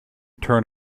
turn